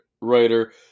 writer